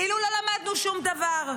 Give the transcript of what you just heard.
כאילו לא למדנו שום דבר.